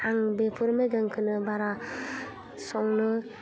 आं बेफोर मैगंखोनो बारा संनो